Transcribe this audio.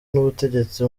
n’ubutegetsi